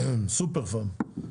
סופר-פארם.